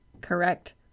Correct